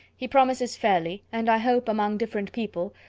he promises fairly and i hope among different people,